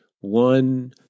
one